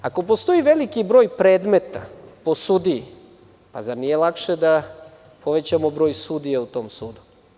Ako postoji veliki broj predmeta po sudiji, zar nije lakše da povećamo broj sudija u tom sudu?